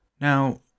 Now